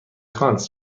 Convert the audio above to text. کانس